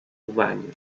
rebanho